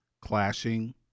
clashing